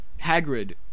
Hagrid